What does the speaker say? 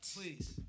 Please